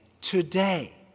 today